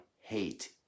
hate